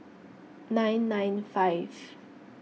nine nine five